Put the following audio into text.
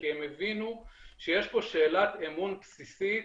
כי הן הבינו שיש פה שאלת אמון בסיסית,